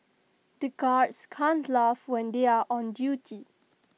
the guards can't laugh when they are on duty